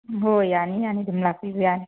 ꯎꯝ ꯍꯣꯏ ꯌꯥꯅꯤ ꯌꯥꯅꯤ ꯑꯗꯨꯝ ꯂꯥꯛꯄꯤꯕ ꯌꯥꯅꯤ